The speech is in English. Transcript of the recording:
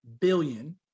billion